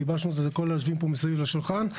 גיבשנו, זה כל היושבים פה מסביב לשולחן.